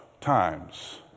times